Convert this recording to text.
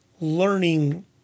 learning